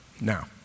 Now